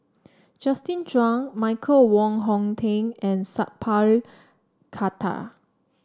Justin Zhuang Michael Wong Hong Teng and Sat Pal Khattar